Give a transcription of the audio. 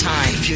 Time